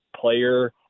player